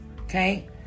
Okay